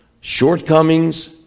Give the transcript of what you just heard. shortcomings